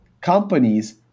companies